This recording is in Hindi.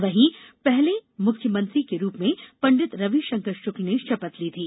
वहीं पहले मुख्यमंत्री के रूप पंडित रविशंकर शक्ल ने शपथ ली थी